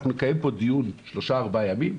אנחנו נקיים פה דיון שלושה-ארבעה ימים,